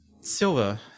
Silver